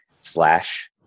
slash